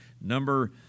Number